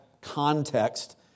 context